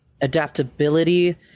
adaptability